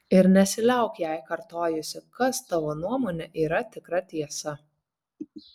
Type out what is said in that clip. ir nesiliauk jai kartojusi kas tavo nuomone yra tikra tiesa